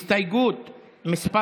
הסתייגות מס'